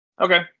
Okay